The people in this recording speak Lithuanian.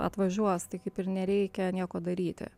atvažiuos tai kaip ir nereikia nieko daryti